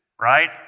Right